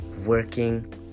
Working